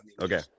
okay